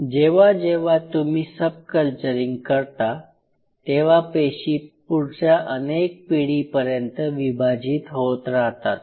जेव्हा जेव्हा तुम्ही सब कल्चरींग करता तेव्हा पेशी पुढच्या अनेक पिढीपर्यंत विभाजित होत राहतात